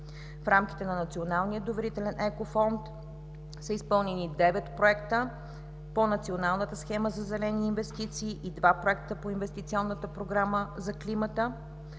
В рамките на Националния доверителен екофонд са изпълнени девет проекта по националната схема за зелени инвестиции и два проекта по инвестиционната програма за климата.